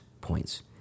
points